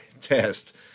test